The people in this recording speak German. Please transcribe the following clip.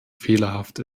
fehlerhaft